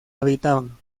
habitaban